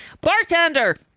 bartender